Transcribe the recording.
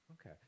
Okay